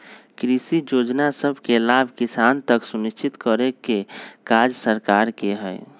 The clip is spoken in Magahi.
कृषि जोजना सभके लाभ किसान तक सुनिश्चित करेके काज सरकार के हइ